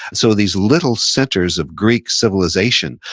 so, these little centers of greek civilization,